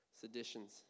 seditions